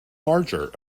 larger